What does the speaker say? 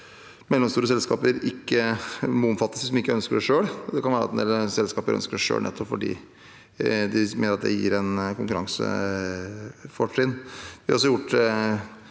mellomstore selskaper ikke må omfattes hvis de ikke ønsker det selv. Det kan være at en del selskaper ønsker det selv, nettopp fordi de mener at det gir et konkurransefortrinn.